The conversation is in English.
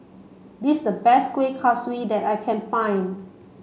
this the best Kuih Kaswi that I can find